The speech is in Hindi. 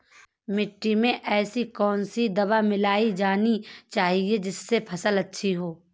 मिट्टी में ऐसी कौन सी दवा मिलाई जानी चाहिए जिससे फसल अच्छी हो?